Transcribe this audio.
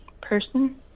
person